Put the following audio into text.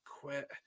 quit